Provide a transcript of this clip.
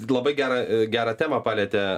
labai gerą gerą temą palietė